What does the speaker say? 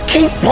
Keep